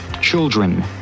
Children